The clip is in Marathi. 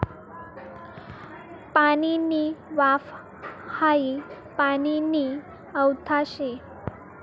पाणीनी वाफ हाई पाणीनी अवस्था शे